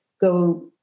go